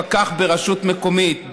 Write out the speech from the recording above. פקח ברשות מקומית,